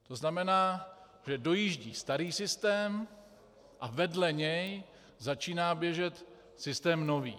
To znamená, že dojíždí starý systém a vedle něj začíná běžet systém nový.